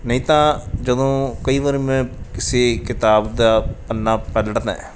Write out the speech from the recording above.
ਨਹੀਂ ਤਾਂ ਜਦੋਂ ਕਈ ਵਾਰ ਮੈਂ ਕਿਸੇ ਕਿਤਾਬ ਦਾ ਪੰਨਾ ਪਰੜਦਾ ਐਂ